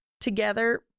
together